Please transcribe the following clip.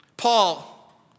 Paul